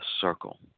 circle